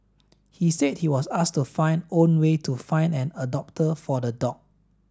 he said he was asked to find own way to find an adopter for the dog